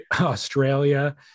Australia